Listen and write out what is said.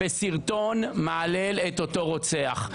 בסרטון מהלל את אותו רוצח.